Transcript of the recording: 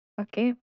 Okay